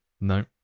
No